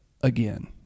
again